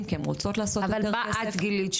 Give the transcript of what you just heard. כי הן רוצות לעשות יותר כסף --- אבל מה את גילית?